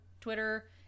Twitter